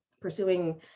pursuing